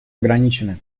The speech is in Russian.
ограничены